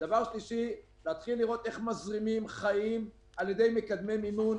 להתחיל לראות איך מזרימים חיים על-ידי מקדמי מימון,